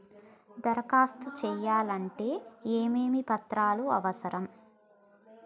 దరఖాస్తు చేయాలంటే ఏమేమి పత్రాలు అవసరం?